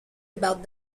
about